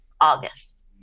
august